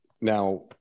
now